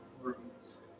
rooms